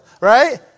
right